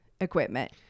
equipment